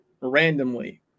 randomly